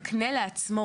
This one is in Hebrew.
מקנה לעצמו,